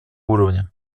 уровня